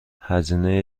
هزینه